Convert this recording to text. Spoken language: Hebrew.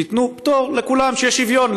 שייתנו פטור לכולם, שיהיה שוויון.